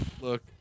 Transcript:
Look